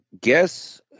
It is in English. Guess